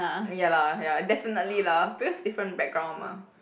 ya lah ya definitely lah because different background mah